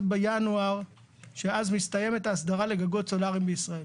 בינואר שאז מסתיימת ההסדרה לגגות סולאריים בישראל.